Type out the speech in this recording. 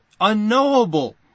unknowable